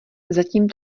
zatím